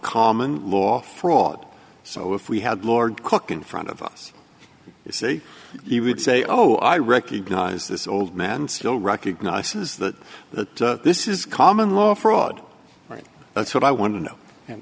common law fraud so if we had lord cook in front of us you say he would say oh i recognize this old man still recognizes that that this is common law fraud right that's what i want to know and